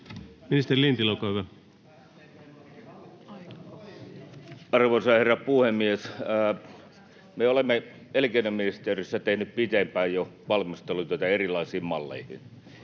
Time: 16:12 Content: Arvoisa herra puhemies! Me olemme elinkeinoministeriössä tehneet jo pitempään valmisteluita erilaisiin malleihin.